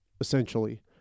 Essentially